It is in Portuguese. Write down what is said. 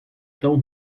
tão